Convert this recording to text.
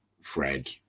Fred